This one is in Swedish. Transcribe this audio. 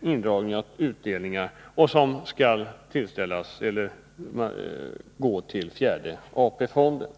indragning av utdelningar som skall gå till den fjärde AP-fonden.